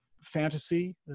fantasy